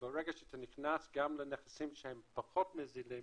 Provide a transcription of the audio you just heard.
אבל ברגע שאתה נכנס גם לנכסים שהם פחות נזילים,